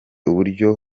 uburyo